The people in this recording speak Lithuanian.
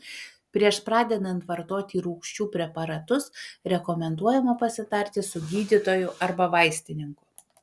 prieš pradedant vartoti rūgčių preparatus rekomenduojama pasitarti su gydytoju arba vaistininku